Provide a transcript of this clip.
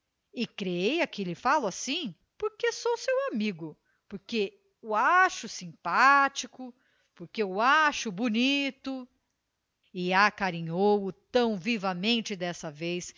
e creia que lhe falo assim porque sou seu amigo porque o acho simpático porque o acho bonito e acarinhou o tão vivamente dessa vez